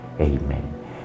Amen